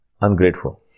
ungrateful